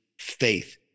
faith